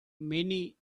many